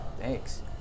thanks